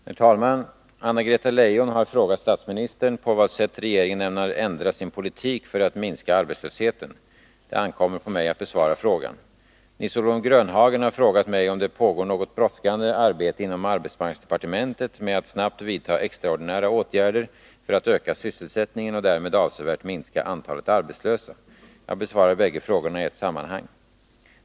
Herr talman! Anna-Greta Leijon har frågat statsministern på vad sätt regeringen ämnar ändra sin politik för att minska arbetslösheten. Det ankommer på mig att besvara frågan. Nils-Olof Grönhagen har frågat mig om det pågår något brådskande arbete inom arbetsmarknadsdepartementet med att snabbt vidta extraordinära åtgärder för att öka sysselsättningen och därmed avsevärt minska antalet arbetslösa. Jag besvarar bägge frågorna i ett sammanhang.